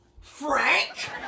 Frank